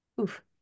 Oof